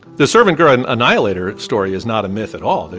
the servant girl and annihilator story is not a myth at all.